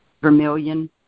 Vermilion